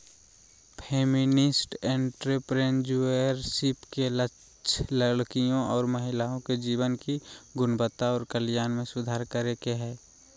feminist entrepreneurship के लक्ष्य लड़कियों और महिलाओं के जीवन की गुणवत्ता और कल्याण में सुधार करे के हय